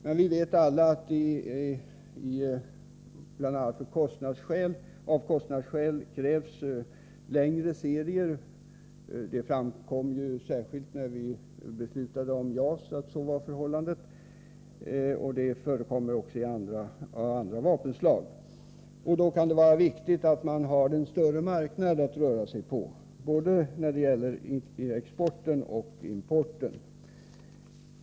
Men som bekant krävs det bl.a. av kostnadsskäl längre serier än vi kan efterfråga. Det framkom särskilt i samband med att vi beslutade om JAS-projektet att så var fallet, och förhållandet är detsamma också inom andra vapenslag. Det kan därför vara riktigt att man har en större marknad att röra sig på, både när det gäller exporten och när det gäller importen.